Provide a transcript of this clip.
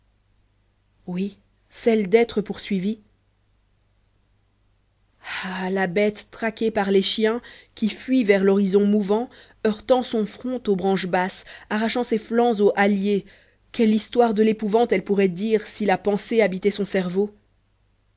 oui celle d'être poursuivi ah la bête traquée par les chiens qui fuit vers l'horizon mouvant heurtant son front aux branches basses arrachant ses flancs aux halliers quelle histoire de l'épouvante elle pourrait dire si la pensée habitait son cerveau